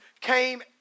came